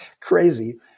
Crazy